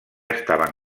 estaven